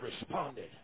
responded